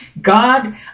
God